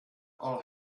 all